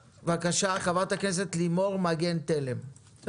חברת הכנסת לימור מגן תלם, בבקשה.